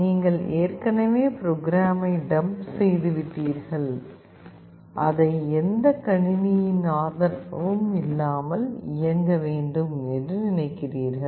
நீங்கள் ஏற்கனவே ப்ரோக்ராமை டம்ப் செய்து விட்டீர்கள் அதை எந்த கணினியினதும் ஆதரவு இல்லாமல் இயங்க வேண்டும் என நினைக்கிறீர்கள்